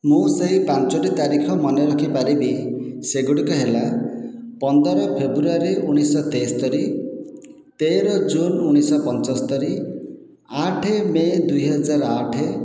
ମୁଁ ସେ ପାଞ୍ଚୋଟି ତାରିଖ ମନେ ରଖିପାରିବି ସେଗୁଡ଼ିକ ହେଲା ପନ୍ଦର ଫେବୃଆରୀ ଉଣେଇଶ ତେସ୍ତୋରି ତେର ଜୁନ ଉଣେଇଶ ପଞ୍ଚସ୍ତୋରି ଆଠ ମେ ଦୁଇହଜାର ଆଠ